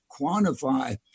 quantify